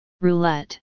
Roulette